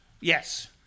Yes